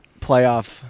playoff –